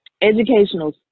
educational